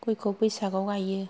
गयखौ बैसागाव गायो